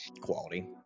Quality